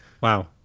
Wow